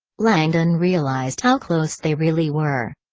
langdon realized how close they really were.